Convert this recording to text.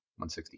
160